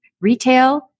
retail